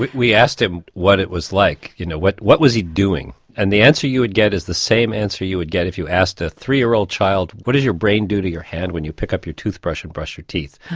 but we asked him what it was like you know what what was he doing? and the answer you would get is the same answer you would get if you asked a three-year-old child, what does your brain do to your hand if you pick up your toothbrush and brush your teeth?